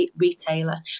retailer